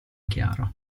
chiaro